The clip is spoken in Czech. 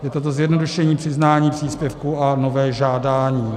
Je to zjednodušení přiznání příspěvku a nové žádání.